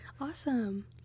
Awesome